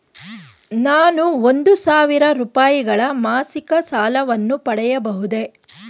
ನಾನು ಒಂದು ಸಾವಿರ ರೂಪಾಯಿಗಳ ಮಾಸಿಕ ಸಾಲವನ್ನು ಪಡೆಯಬಹುದೇ?